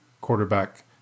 quarterback